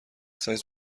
سایز